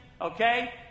Okay